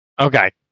Okay